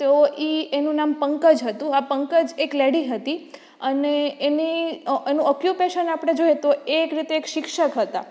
તો એ એનું નામ પંકજ હતું આ પંકજ એક લેડી હતી અને એની એનું ઓકયુપેશન આપણે જોઈએ તો એક રીતે એક શિક્ષક હતા